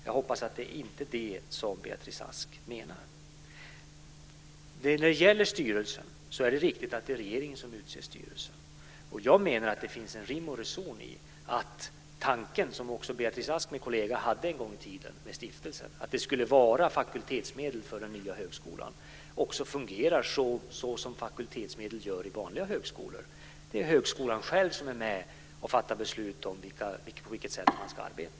Jag hoppas att det inte är det som Beatrice Ask menar. Det är riktigt att det är regeringen som utser styrelsen. Jag menar att det finns rim och reson i tanken, som också Beatrice Ask med kolleger hade en gång i tiden med stiftelsen, att det skulle vara fakultetsmedel för den nya högskolan och också fungerar så som fakultetsmedel gör vid vanliga högskolor, att det är högskolan själv som är med och fattar beslut om på vilket sätt som man ska arbeta.